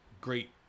great